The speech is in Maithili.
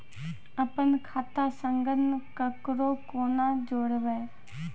अपन खाता संग ककरो कूना जोडवै?